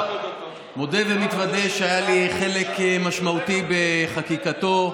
מודה ומתוודה שהיה לי חלק משמעותי בחקיקתו.